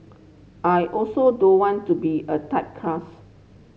I also don't want to be a typecast